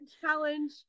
Challenge